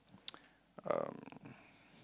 um